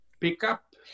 pickup